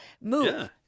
move